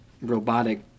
robotic